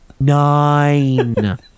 Nine